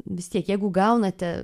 vis tiek jeigu gaunate